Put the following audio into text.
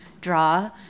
draw